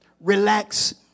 relax